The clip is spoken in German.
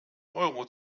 euro